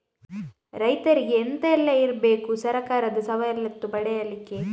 ರೈತರಿಗೆ ಎಂತ ಎಲ್ಲ ಇರ್ಬೇಕು ಸರ್ಕಾರದ ಸವಲತ್ತು ಪಡೆಯಲಿಕ್ಕೆ?